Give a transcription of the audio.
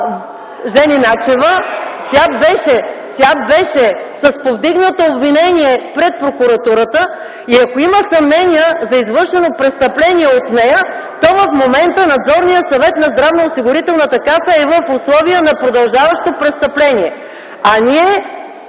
Жени Начева. Тя беше с повдигнато обвинение пред прокуратурата и ако има съмнения за извършено престъпление от нея, то в момента Надзорният съвет на Здравноосигурителната каса е в условия на продължаващо престъпление.